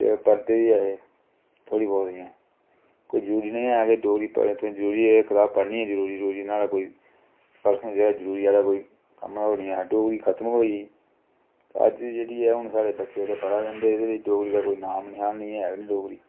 ते पढ़दे बी ऐ हे थोह्ड़ी बोह्त इ'यां कोई जरूरी नेईं हा कि डोगरी पढ़ तुसें जरूरी एह् कताब पढ़नी ऐ जरूरी जरूरी न्हाड़ा कोई पर्सनल जेह्ड़ा जरूरी आह्ला कोई कम्म हा ओह् नेईं हा डोगरी खतम गै होई गेई अज्ज ते जेह्ड़ी ऐ हून साढ़े बच्चे ते पढ़ा ते एह्दे बिच्च डोगरी दा कोई नामो नाशन गै है गै नि डोगरी